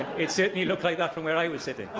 it certainly looked like that from where i was sitting.